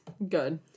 Good